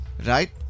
right